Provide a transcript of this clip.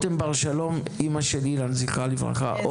אוריאל בר שלום, אבא של אילן, זכרה לברכה.